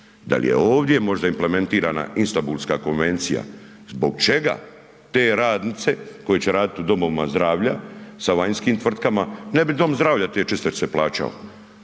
Dal je ovdje možda implementirana Istambulska konvencija? Zbog čega te radnice koje će radit u domovina zdravlja sa vanjskim tvrtkama, ne bi dom zdravlja te čistačice plaćao,